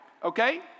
Okay